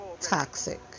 toxic